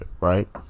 right